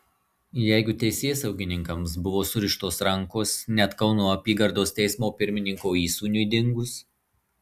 jeigu teisėsaugininkams buvo surištos rankos net kauno apygardos teismo pirmininko įsūniui dingus